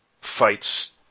fights